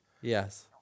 Yes